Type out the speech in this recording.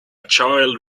child